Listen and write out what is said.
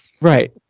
Right